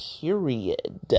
period